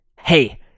hey